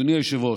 אדוני היושב-ראש,